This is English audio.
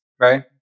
right